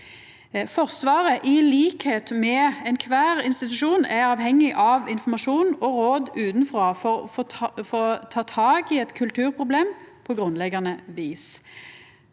Forsvaret, til liks med alle institusjonar, er avhengig av informasjon og råd utanfrå for å ta tak i eit kulturproblem på grunnleggjande vis.